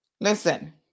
Listen